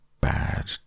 bad